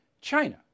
China